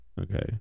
Okay